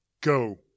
Go